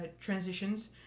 transitions